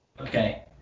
Okay